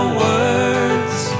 words